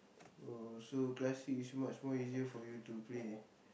oh so classic is much more easier for you to play